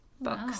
books